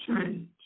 change